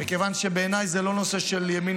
לומר שאתה אמרת דברי טעם,